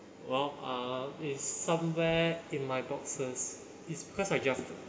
well uh it's somewhere in my boxes it's because I just